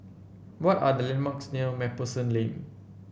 what are the landmarks near MacPherson Lane